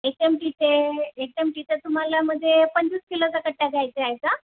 एचएमटीचे एचएमटीचा तुम्हाला म्हणजे पंचवीस किलोचा कट्टा घ्यायचा आहे का